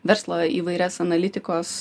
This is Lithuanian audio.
verslo įvairias analitikos